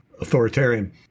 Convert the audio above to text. authoritarian